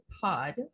pod